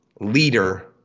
leader